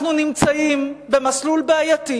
אנחנו נמצאים במסלול בעייתי,